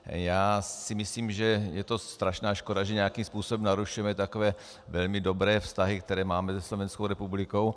Já si myslím, že je to strašná škoda, že nějakým způsobem narušujeme takové velmi dobré vztahy, které se Slovenskou republikou máme.